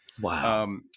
Wow